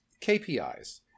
KPIs